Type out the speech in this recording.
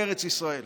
בארץ ישראל.